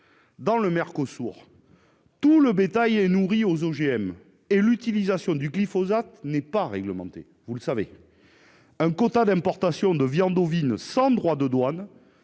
dans le Mercosur, tout le bétail est nourri aux OGM et l'utilisation du glyphosate n'est pas réglementée. Un quota d'importation de viande ovine sans droits de douane